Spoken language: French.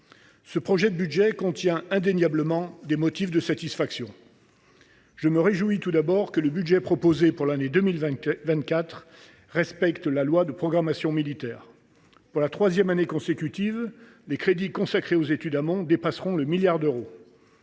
pour l’année 2024 contient indéniablement des motifs de satisfaction. Je me réjouis tout d’abord qu’il respecte la loi de programmation militaire. Pour la troisième année consécutive, les crédits consacrés aux études amont dépasseront 1 milliard d’euros.